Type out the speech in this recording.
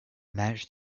managed